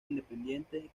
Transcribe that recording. independiente